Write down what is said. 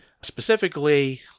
specifically